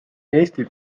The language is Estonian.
eesti